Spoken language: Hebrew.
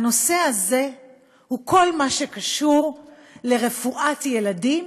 הנושא הזה הוא כל מה שקשור לרפואת ילדים